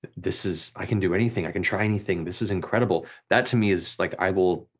this is, i can do anything, i can try anything, this is incredible. that to me is like, i will,